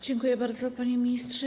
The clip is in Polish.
Dziękuję bardzo, panie ministrze.